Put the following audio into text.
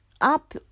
up